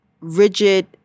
rigid